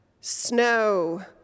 snow